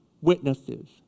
witnesses